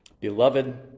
Beloved